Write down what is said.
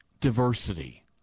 diversity